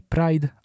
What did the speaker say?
Pride